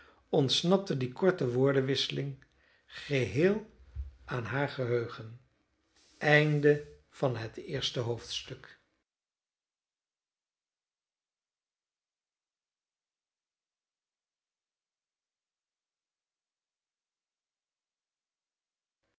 ontsnapte die korte woordenwisseling geheel aan haar geheugen tweede hoofdstuk